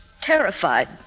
terrified